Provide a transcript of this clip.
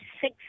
six